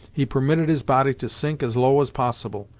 he permitted his body to sink as low as possible,